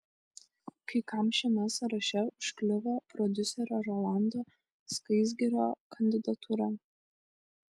kai kam šiame sąraše užkliuvo prodiuserio rolando skaisgirio kandidatūra